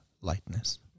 lightness